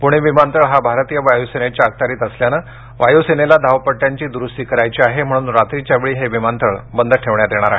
पुणे विमानतळ हा भारतीय वायुसेनेच्या अखत्यारित असल्याने वायुसेनेला धावपड्यांची द्रुस्ती करायची आहे म्हणून रात्रीच्या वेळी विमानतळ बंद ठेवण्यात येणार आहे